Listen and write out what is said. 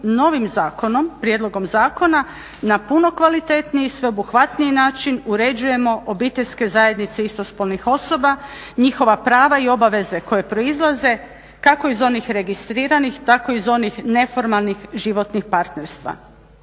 novim zakonom, prijedlogom zakona na puno kvalitetniji, sveobuhvatniji način uređujemo obiteljske zajednice istospolnih osoba, njihova prava i obaveze koje proizlaze kako iz onih registriranih, tako i iz onih neformalnih životnih partnerstva.